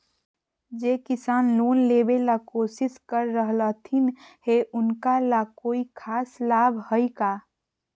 जे किसान लोन लेबे ला कोसिस कर रहलथिन हे उनका ला कोई खास लाभ हइ का?